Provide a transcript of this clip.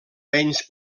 menys